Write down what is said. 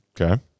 Okay